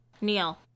Neil